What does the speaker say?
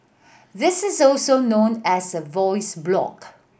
this is also known as a voice blog